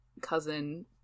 cousin